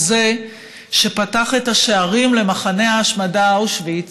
הוא שפתח את השערים למחנה ההשמדה אושוויץ